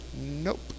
nope